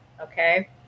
okay